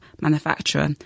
manufacturer